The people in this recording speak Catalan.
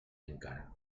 encara